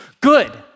good